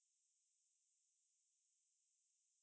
uh but they are McDonald's and K_F_C overrate